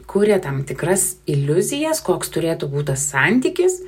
kūrė tam tikras iliuzijas koks turėtų būti tas santykis